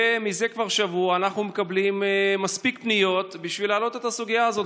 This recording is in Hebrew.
וכבר מזה שבוע אנחנו מקבלים מספיק פניות בשביל להעלות את הסוגיה הזאת,